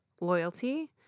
loyalty